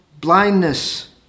blindness